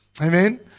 amen